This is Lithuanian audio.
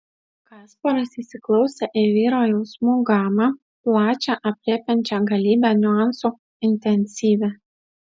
kasparas įsiklausė į vyro jausmų gamą plačią aprėpiančią galybę niuansų intensyvią